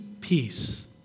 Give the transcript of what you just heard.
peace